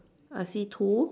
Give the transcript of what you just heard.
I see two